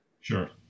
sure